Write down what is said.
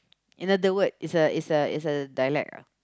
another word is a is a is a dialect ah